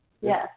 Yes